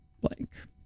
blank